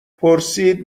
پرسید